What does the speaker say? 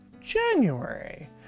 January